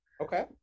Okay